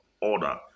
order